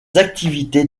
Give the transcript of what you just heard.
activités